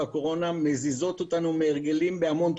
והקורונה מזיזה אותנו מהרגלים בהמון תחומים.